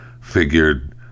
figured